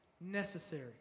necessary